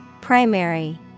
Primary